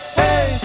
hey